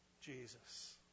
Jesus